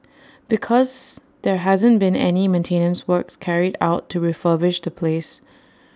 because there hasn't been any maintenance works carried out to refurbish the place